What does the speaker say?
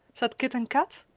said kit and kat.